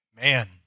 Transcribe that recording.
Man